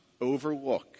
overlook